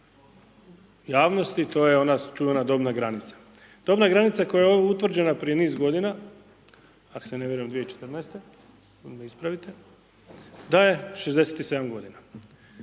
javnosti, to je ona čuvena dobna granica. Dobna granica koja je utvrđena prije niz godina, ako se ne varam 2014. ili me ispravite,